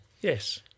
yes